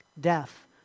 death